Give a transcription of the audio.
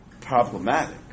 problematic